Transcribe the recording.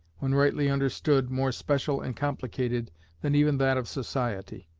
when rightly understood, more special and complicated than even that of society.